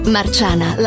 Marciana